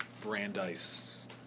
Brandeis